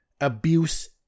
abuse